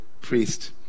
priest